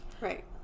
Right